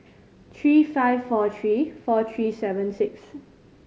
three five four three four three seven six